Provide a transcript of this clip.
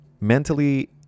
mentally